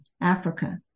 africa